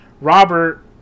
Robert